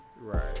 Right